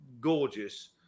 Gorgeous